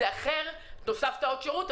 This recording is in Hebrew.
זה אחר אם אתה הוספת עוד שירות,